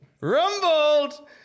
Rumbled